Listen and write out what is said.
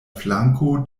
flanko